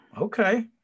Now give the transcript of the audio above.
okay